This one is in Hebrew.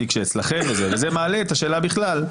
זה מעלה את השאלה בכלל,